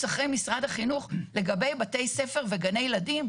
אחרי משרד החינוך לגבי בתי ספר וגני ילדים,